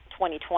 2020